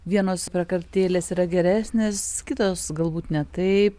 vienos prakartėlės yra geresnės kitos galbūt ne taip